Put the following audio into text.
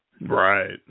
Right